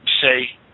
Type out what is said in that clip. say